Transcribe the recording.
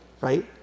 right